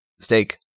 Steak